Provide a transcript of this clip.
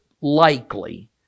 likely